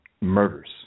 murders